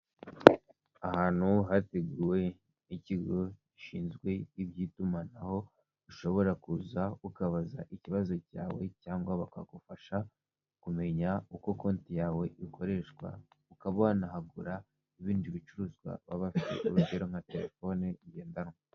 Ahantu hateguwe n'ikigo gishinzwe iby'itumanaho ushobora kuza ukabaza ikibazo cyawe, cyangwa bakagufasha kumenya uko konti yawe ikoreshwa ukaba wanahagura ibindi bicuruzwa baba bafite urugero nka terefone ngendanwa.